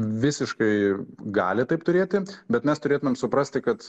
visiškai gali taip turėti bet mes turėtumėm suprasti kad